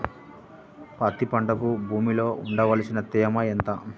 పత్తి పంటకు భూమిలో ఉండవలసిన తేమ ఎంత?